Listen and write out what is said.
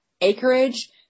acreage